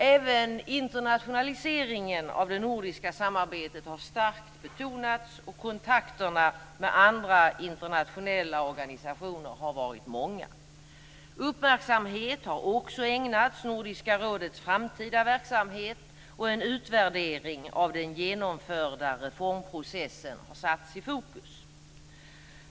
Även internationaliseringen av det nordiska samarbetet har starkt betonats, och kontakterna med andra internationella organisationer har varit många. Uppmärksamhet har också ägnats Nordiska rådets framtida verksamhet, och en utvärdering av den genomförda reformprocessen har satts i fokus.